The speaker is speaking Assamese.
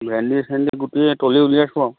ভেণ্ডি চেণ্ডি গুটি তলি উলিয়াইছোঁ আৰু